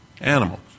Animals